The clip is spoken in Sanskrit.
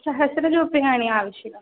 सहस्र रूप्यकाणि आवश्यकम्